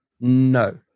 No